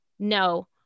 No